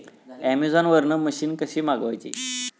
Amazon वरन machine कशी मागवची?